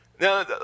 Now